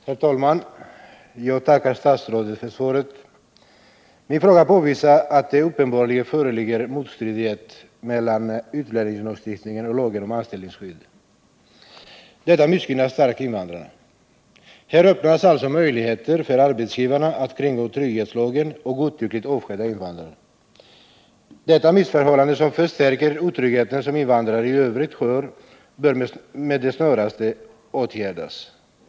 Herr talman! Jag tackar statsrådet för svaret. Min fråga påvisar att det uppenbarligen föreligger motstridighet mellan utlänningslagstiftningen och lagen om anställningsskydd. Detta missgynnar starkt invandrarna. Här öppnas alltså möjligheter för arbetsgivarna att kringgå trygghetslagen och godtyckligt avskeda invandrare. Detta missförhållande, som förstärker otryggheten som invandrare i övrigt har, bör med det snaraste åtgärdas.